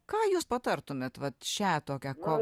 ką jūs patartumėt vat šią tokią kovą